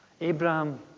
Abraham